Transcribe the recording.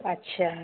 अच्छा